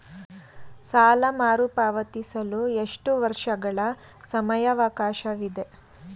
ಸಾಲ ಮರುಪಾವತಿಸಲು ಎಷ್ಟು ವರ್ಷಗಳ ಸಮಯಾವಕಾಶವಿದೆ?